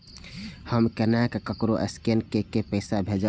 हम केना ककरो स्केने कैके पैसा भेजब?